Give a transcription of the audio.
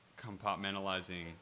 compartmentalizing